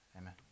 Amen